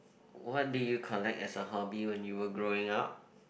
what did you collect as a hobby when you were growing up